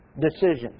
decisions